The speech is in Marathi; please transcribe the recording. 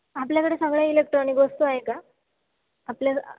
आपल्याकडे सगळ्या इलेक्ट्रॉनिक वस्तू आहे का आपल्या